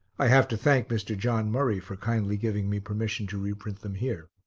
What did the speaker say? i have to thank mr. john murray for kindly giving me permission to reprint them here.